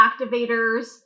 activators